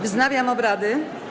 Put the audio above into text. Wznawiam obrady.